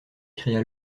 cria